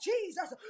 Jesus